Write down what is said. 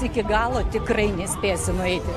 iki galo tikrai nespėsiu nueiti